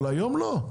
היום לא.